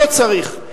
לא צריך.